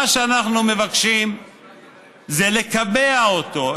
מה שאנחנו מבקשים זה לקבע אותו,